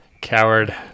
coward